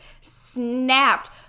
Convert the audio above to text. snapped